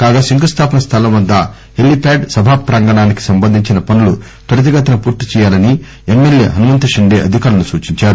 కాగా శంకుస్దాపన స్దలం వద్ద హిలీప్యాడ్ సభా ప్రాంగణానికి సంబంధించిన పనులు త్వరితగతిన పూర్తి చేయాలని ఎమ్మెల్యే హన్మంత్ షిండే అధికారులకు సూచించారు